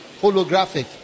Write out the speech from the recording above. Holographic